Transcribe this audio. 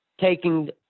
taking